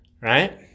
right